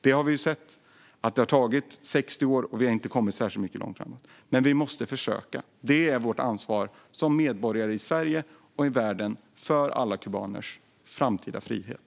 Det har vi ju sett - det har gått 60 år, och vi har inte kommit särskilt mycket längre framåt. Men vi måste försöka; det är vårt ansvar som medborgare i Sverige och i världen för alla kubaners framtida frihet.